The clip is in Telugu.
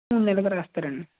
మూడు నెల్లకి రాస్తరండి